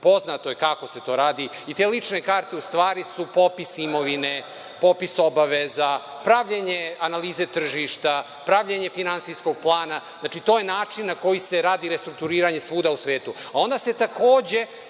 poznato je kako se to radi i te lične karte u stvari su popis imovine, popis obaveza, pravljenje analize tržišta, pravljenje finansijskog plana. To je način na koji se radi restrukturiranje svuda u svetu.